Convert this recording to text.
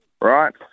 right